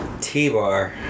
t-bar